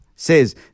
Says